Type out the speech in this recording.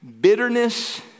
bitterness